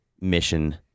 mission